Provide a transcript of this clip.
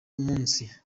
munsi